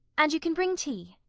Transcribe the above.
and you can bring tea.